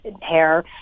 hair